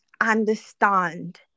understand